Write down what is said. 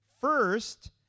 First